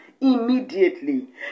immediately